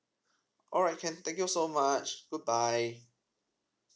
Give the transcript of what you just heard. alright can thank you so much good bye